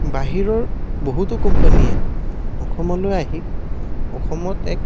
বাহিৰৰ বহুতো কোম্পানীয়ে অসমলৈ আহি অসমত এক